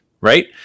right